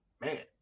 Man